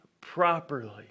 properly